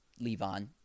Levon